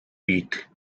pete